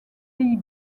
pays